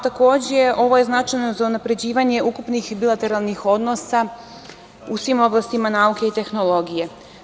Takođe, ovo je značajno za unapređivanje ukupnih bilateralnih odnosa u svim oblastima nauke i tehnologije.